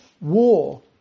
war